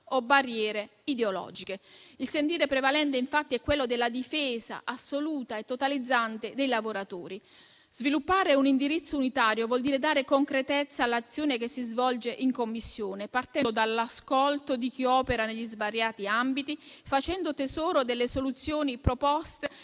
o barriere ideologiche. Il sentire prevalente, infatti, è quello della difesa assoluta e totalizzante dei lavoratori. Sviluppare un indirizzo unitario vuol dire dare concretezza all'azione che si svolge in Commissione, partendo dall'ascolto di chi opera negli svariati ambiti e facendo tesoro delle soluzioni proposte